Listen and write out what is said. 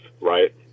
right